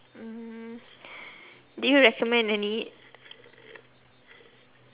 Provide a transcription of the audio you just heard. mm did you recommend any